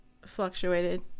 Fluctuated